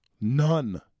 None